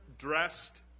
Dressed